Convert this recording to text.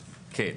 כן.